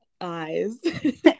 eyes